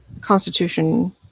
constitution